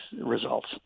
results